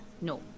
No